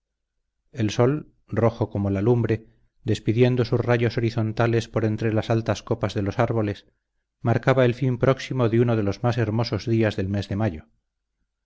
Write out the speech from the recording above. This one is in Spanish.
el sol rojo como la lumbre despidiendo sus rayos horizontales por entre las altas copas de los árboles marcaba el fin próximo de uno de los más hermosos días del mes de mayo